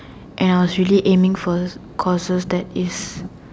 and I was really aiming for courses that is